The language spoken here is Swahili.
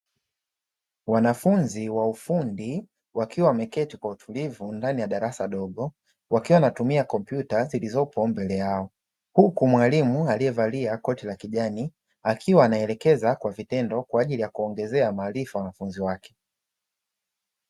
Wanafunzi wa ufundi wakiwa wameketi kwa utulivu ndani ya darasa dogo, wakiwa wanatumia kompyuta zilizopo mbele yao, huku mwalimu aliyevalia koti la kijani, akiwa anaelekeza kwa vitendo kwa ajili ya kuongezea maarifa wanafunzi wake.